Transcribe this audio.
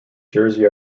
jersey